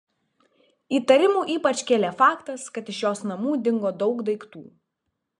įtarimų ypač kėlė faktas kad iš jos namų dingo daug daiktų